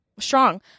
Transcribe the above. strong